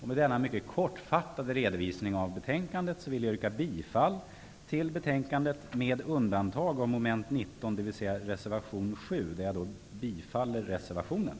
Med denna mycket kortfattade redovisning av betänkandets innehåll vill jag yrka bifall till utskottets hemställan, med undantag för mom. 19, under vilket jag yrkar bifall till reservation 7.